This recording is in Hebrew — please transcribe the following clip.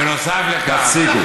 תפסיקו.